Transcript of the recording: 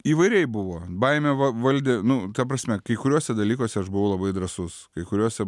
įvairiai buvo baimė va valdė nu ta prasme kai kuriuose dalykuose aš buvau labai drąsus kai kuriuose